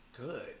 Good